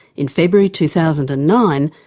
in february two thousand and nine,